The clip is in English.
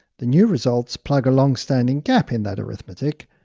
the new results plug a long-standing gap in that arithmetic,